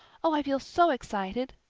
oh, i feel so excited.